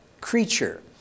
creature